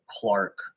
Clark